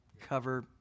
cover